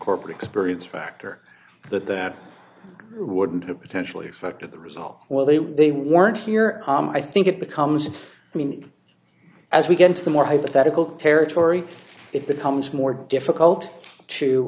corporate experience factor that that wouldn't have potentially affected the result well they were they weren't here i think it becomes i mean as we get into the more hypothetical territory it becomes more difficult to